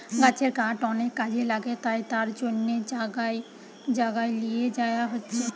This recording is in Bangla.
গাছের কাঠ অনেক কাজে লাগে তাই তার জন্যে জাগায় জাগায় লিয়ে যায়া হচ্ছে